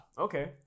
Okay